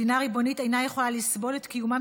מדינה ריבונית אינה יכולה לסבול את קיומם